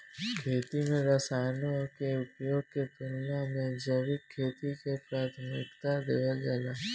खेती में रसायनों के उपयोग के तुलना में जैविक खेती के प्राथमिकता देवल जाला